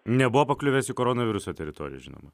nebuvo pakliuvęs į koronaviruso teritoriją žinoma